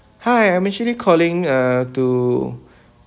hi I'm actually calling uh to